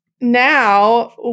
Now